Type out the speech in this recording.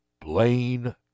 Blaine